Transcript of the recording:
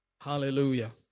Hallelujah